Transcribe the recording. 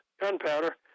gunpowder